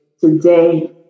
Today